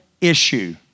issue